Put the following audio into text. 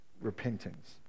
repentance